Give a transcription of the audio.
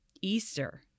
Easter